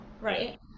right